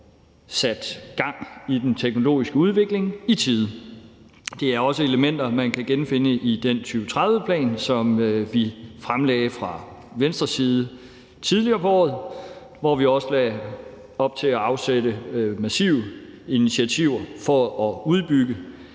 sat gang i den teknologiske udvikling i tide. Det er også elementer, man kan genfinde i den 2030-plan, som vi fremlagde fra Venstres side tidligere på året, hvor vi også lagde op til at igangsætte massive initiativer for at udbygge